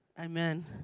Amen